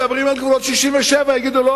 מדברים על גבולות 67' יגידו: לא,